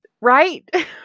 Right